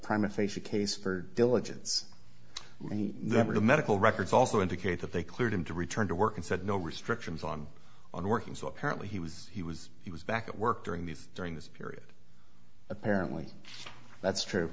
for diligence and he never the medical records also indicate that they cleared him to return to work and said no restrictions on on working so apparently he was he was he was back at work during the during this period apparently that's